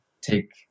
take